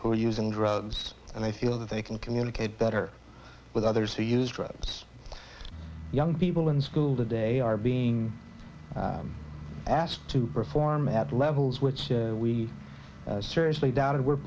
who are using drugs and i feel that they can communicate better with others who use drugs young people in school today are being asked to perform at levels which we seriously doubted were